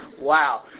Wow